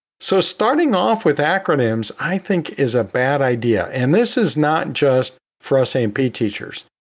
so starting off with acronyms, i think is a bad idea. and this is not just for us a and p teachers.